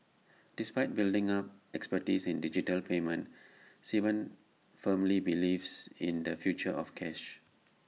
despite building up expertise in digital payments Sivan firmly believes in the future of cash